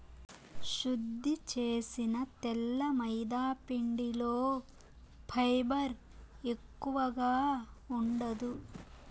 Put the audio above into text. శుద్ది చేసిన తెల్ల మైదాపిండిలో ఫైబర్ ఎక్కువగా ఉండదు